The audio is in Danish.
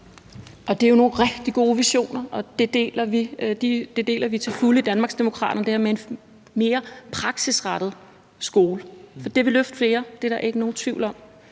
Det er nogle rigtig gode visioner, og i Danmarksdemokraterne deler vi det her med en mere praksisrettet skole til fulde, for det vil løfte flere; det er der ikke nogen tvivl om.